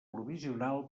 provisional